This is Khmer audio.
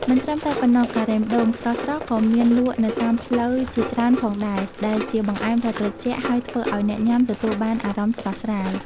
មិនត្រឹមតែប៉ុណ្ណោះ ការ៉េមដូង ស្រស់ៗក៏មានលក់នៅតាមផ្លូវជាច្រើនផងដែរ ដែលជាបង្អែមដ៏ត្រជាក់ហើយធ្វើឲ្យអ្នកញុាំទទួលបានអារម្មណ៍ស្រស់ស្រាយ។